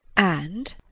and